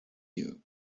you